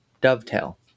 dovetail